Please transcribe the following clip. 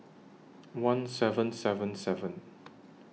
one seven seven seven